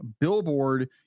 billboard